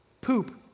poop